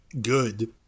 good